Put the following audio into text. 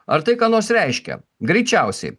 ar tai ką nors reiškia greičiausiai